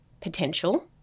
potential